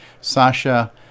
Sasha